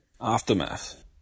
Aftermath